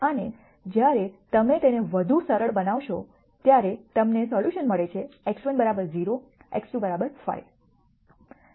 અને જ્યારે તમે તેને વધુ સરળ બનાવશો ત્યારે તમને સોલ્યુશન મળે છે x1 0 x2 5